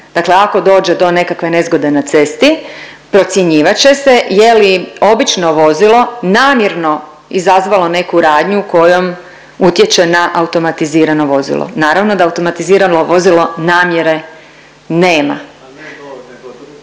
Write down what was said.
dakle ako dođe do nekakve nezgode na cesti, procjenjivat će se je li obično vozilo namjerno izazvalo neku radnju kojom utječe na automatizirano vozilo. Naravno da automatizirano vozilo namjere nema.